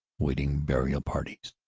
vaiting burial parties.